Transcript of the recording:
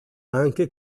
anche